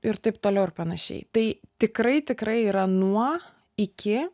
ir taip toliau ir panašiai tai tikrai tikrai yra nuo iki